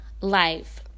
life